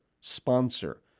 sponsor